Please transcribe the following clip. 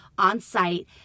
On-site